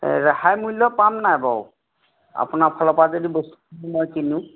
ৰেহাই মূল্য পাম নাই বাৰু আপোনাৰ ফালৰপৰা যদি বস্তুটো মই কিনো